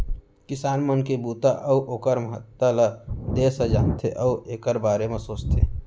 किसान मन के बूता अउ ओकर महत्ता ल देस ह जानथे अउ एकर बारे म सोचथे